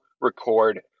record